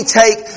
take